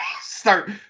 start